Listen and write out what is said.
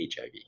HIV